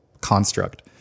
construct